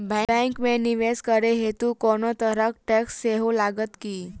Bank मे निवेश करै हेतु कोनो तरहक टैक्स सेहो लागत की?